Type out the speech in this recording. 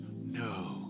no